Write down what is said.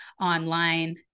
online